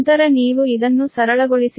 ನಂತರ ನೀವು ಇದನ್ನು ಸರಳಗೊಳಿಸಿದರೆ ಅದು λ124